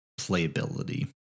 playability